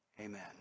amen